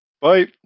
Bye